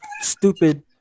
stupid